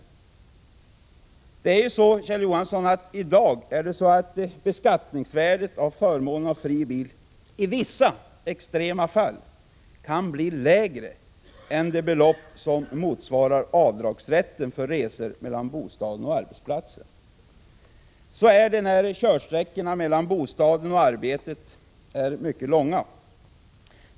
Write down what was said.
I dag kan, Kjell Johansson, beskattningsvärdet av förmånen av fri bil, i vissa extrema fall, bli lägre än det belopp som motsvarar rätten till avdrag för resor mellan bostaden och arbetsplatsen. Så är det när körsträckorna mellan bostaden och arbetet är mycket långa.